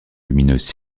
lumineuse